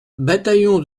bataillon